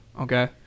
okay